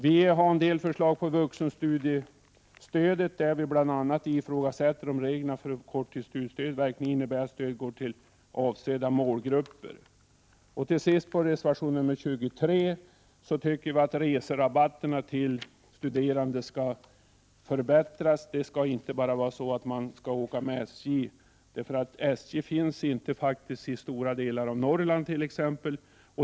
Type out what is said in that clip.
Vi har också en del förslag som gäller vuxenstudiestödet. Vi ifrågasätter bl.a. om reglerna för korttidsstudiestöd verkligen innebär att stödet går till avsedda målgrupper. Till sist, i reservation nr 23 föreslår vi att reserabatterna till studerande skall förbättras. Man skall inte bara kunna åka med SJ, eftersom SJ faktiskt inte finns i t.ex. stora delar av Norrland.